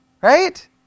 Right